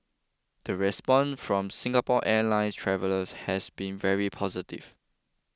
the response from Singapore Airlines travellers has been very positive